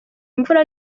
imvura